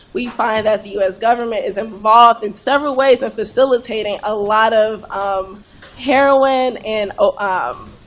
we find that the us government is involved in several ways of facilitating a lot of um heroin and ah um